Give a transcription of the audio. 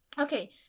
okay